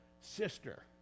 sister